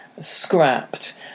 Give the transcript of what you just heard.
scrapped